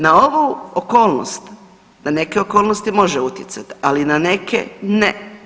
Na ovu okolnosti, na neke okolnosti može utjecat, ali na neke ne.